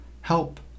Help